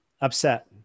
Upset